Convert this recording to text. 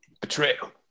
Betrayal